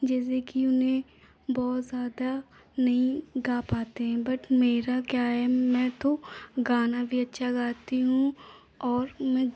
जैसे कि उन्हें बहुत ज़्यादा नहीं गा पाते हैं बट मेरा क्या है मैं तो गाना भी अच्छा गाती हूँ और मैं